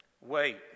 Wait